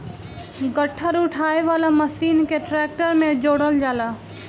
गट्ठर उठावे वाला मशीन के ट्रैक्टर में जोड़ल जाला